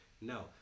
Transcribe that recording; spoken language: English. No